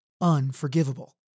unforgivable